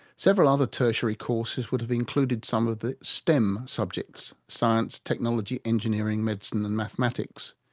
several other tertiary courses would have included some of the stemm subjects science, technology, engineering, medicine and mathematics.